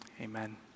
amen